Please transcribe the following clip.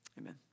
Amen